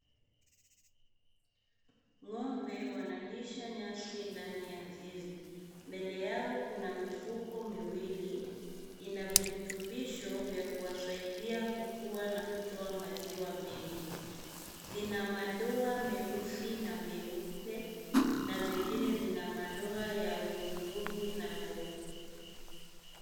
Ngombe wanalisha nyasi ndani ya zizi, mbele yao kuna mifuko miwili ina virutubisho vya kuwasaidia kukua na kutoa maziwa mengi. Zina madoa meusi na meupe na zingine zina madoa ya hudhurungi na meupe.